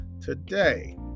today